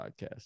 podcast